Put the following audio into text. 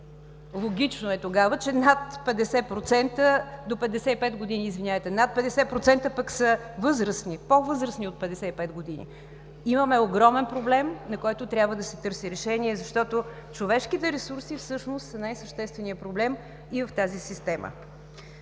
Логично е тогава, че над 50% пък са възрастни, по-възрастни от 55 години. Имаме огромен проблем, на който трябва да се търси решение, защото човешките ресурси всъщност са най-същественият проблем и в тази система.